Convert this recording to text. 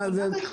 בישראל.